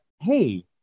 hey